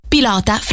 Pilota